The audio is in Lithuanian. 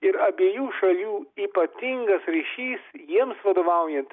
ir abiejų šalių ypatingas ryšys jiems vadovaujant